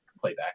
playback